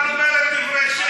היא אומרת דברי שקר.